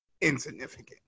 insignificant